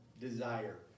desire